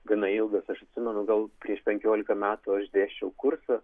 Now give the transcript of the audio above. gana ilgas aš atsimenu gal prieš penkiolika metų aš dėsčiau kursą